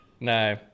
No